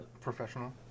professional